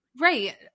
Right